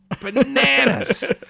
Bananas